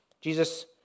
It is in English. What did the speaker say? Jesus